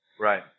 Right